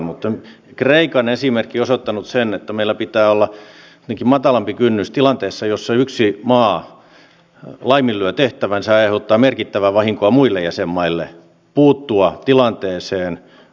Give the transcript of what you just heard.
mutta kreikan esimerkki on osoittanut sen että meillä pitää olla matalampi kynnys tilanteessa jossa yksi maa laiminlyö tehtävänsä ja aiheuttaa merkittävää vahinkoa muille jäsenmaille puuttua tilanteeseen